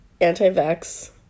anti-vax